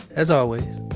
as always,